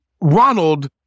Ronald